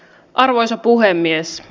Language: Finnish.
arvoisa puhemies